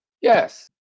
Yes